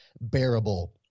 bearable